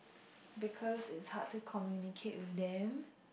because it's hard to communicate with them